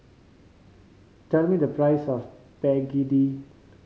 tell me the price of begedil